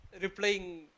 replying